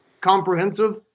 comprehensive